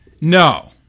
no